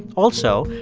also,